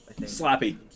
Slappy